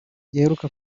giheruka